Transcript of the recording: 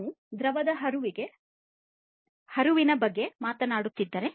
ನಾವು ದ್ರವದ ಹರಿವಿನ ಬಗ್ಗೆ ಮಾತನಾಡುತ್ತಿದ್ದರೆ